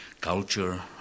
Culture